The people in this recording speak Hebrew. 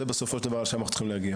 בסופו של דבר לשם אנחנו צריכים להגיע.